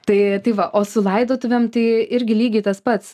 tai tai va o su laidotuvėm tai irgi lygiai tas pats